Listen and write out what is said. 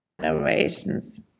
generations